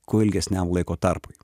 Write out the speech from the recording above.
kuo ilgesniam laiko tarpui